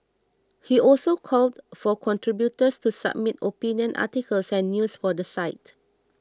he also called for contributors to submit opinion articles and news for the site